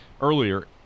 earlier